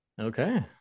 Okay